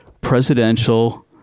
presidential